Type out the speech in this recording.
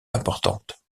importantes